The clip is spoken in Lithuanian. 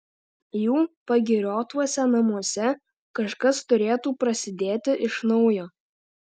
jų pagiriotuose namuose kažkas turėtų prasidėti iš naujo